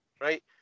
right